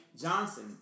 Johnson